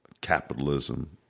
capitalism